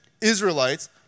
Israelites